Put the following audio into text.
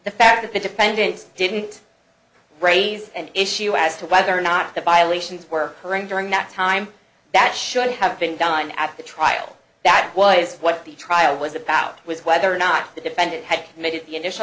the fact that the defendants didn't raise an issue as to whether or not the violations were her own during that time that should have been done at the trial that was what the trial was about was whether or not the defendant had committed the initial